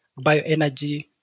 bioenergy